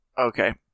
okay